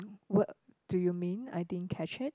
what do you mean I didn't catch it